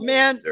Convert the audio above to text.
Man